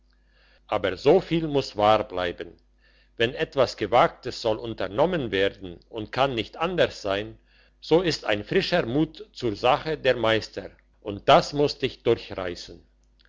aber so viel muss wahr bleiben wenn etwas gewagtes soll unternommen werden und kann nicht anders sein so ist ein frischer mut zur sache der meister und der muss dich durchreissen